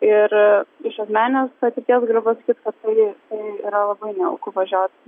ir iš asmeninės patirties galiu pasakyt kad tai tai yra labai nejauku važiuot